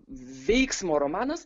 veiksmo romanas